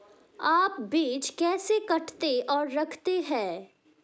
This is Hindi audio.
आप बीज कैसे काटते और रखते हैं?